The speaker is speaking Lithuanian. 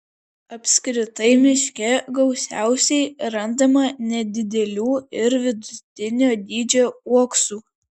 apskritai miške gausiausiai randama nedidelių ir vidutinio dydžio uoksų